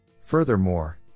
Furthermore